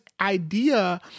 idea